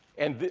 and,